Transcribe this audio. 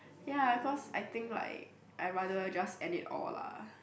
ya cause I think like I rather just end it all lah